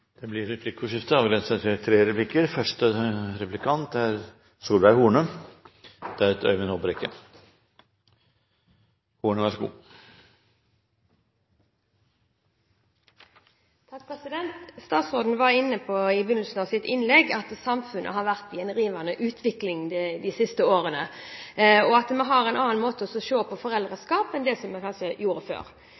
Det blir replikkordskifte. Statsråden var inne på i begynnelsen av sitt innlegg at samfunnet har vært i en rivende utvikling de siste årene, og at vi har en annen måte å se på